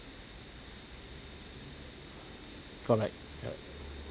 correct correct